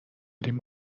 ریم